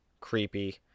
creepy